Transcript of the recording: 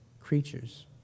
creatures